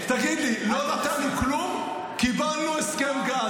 תגיד לי, לא נתנו כלום, קיבלנו הסכם גז.